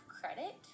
credit